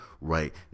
right